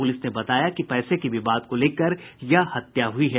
police ने बताया कि पैसे के विवाद को लेकर यह हत्या हुई है